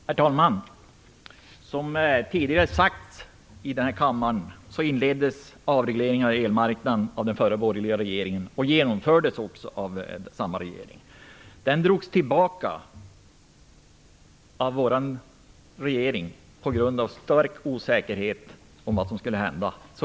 Herr talman! Som tidigare sagts i denna kammare var det föregående borgerliga regering som både inledde och genomförde avregleringen av elmarknaden. Det här drogs tillbaka av den socialdemokratiska regeringen på grund av den stora osäkerheten om vad som skulle hända.